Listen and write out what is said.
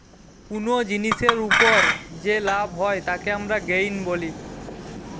কুনো জিনিসের উপর যে লাভ হয় তাকে আমরা গেইন বলি